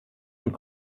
und